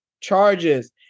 charges